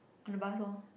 on the bus oh